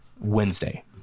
Wednesday